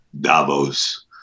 Davos